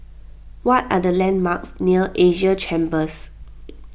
what are the landmarks near Asia Chambers